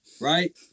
right